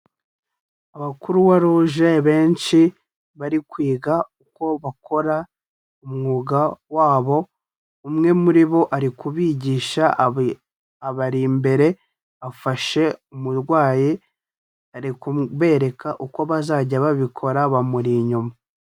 Aba croix rouge benshi bari kwiga uko bakora umwuga wabo, umwe muri bo ari kubigisha abari imbere afasha umurwayi, ari kubereka uko bazajya babikora bamuri inyuma.